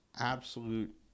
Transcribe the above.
absolute